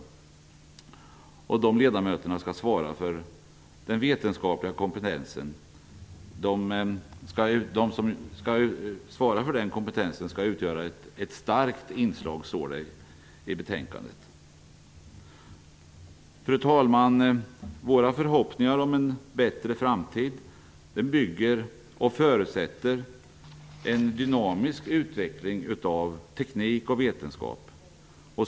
Det står i betänkandet att de ledamöter som skall svara för den vetenskapliga kompetensen skall utgöra ett starkt inslag. Fru talman! Våra förhoppningar om en bättre framtid bygger på och förutsätter en dynamisk utveckling av teknik och vetenskap.